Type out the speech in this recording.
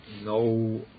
no